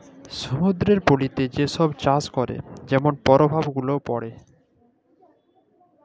সমুদ্দুরের পলিতে যে ছব চাষ ক্যরে যেমল পরভাব গুলা পড়ে